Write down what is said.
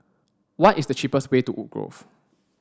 what is the cheapest way to Woodgrove